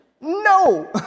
No